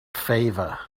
favor